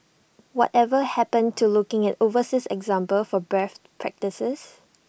whatever happened to looking at overseas examples for best practices